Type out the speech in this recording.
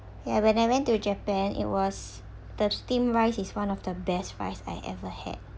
yeah when I went to japan it was the steamed rice is one of the best rice I ever had